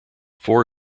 four